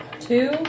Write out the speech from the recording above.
Two